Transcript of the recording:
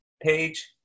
page